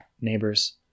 neighbors